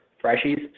Freshie's